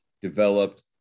developed